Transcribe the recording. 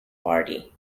party